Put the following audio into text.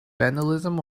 vandalism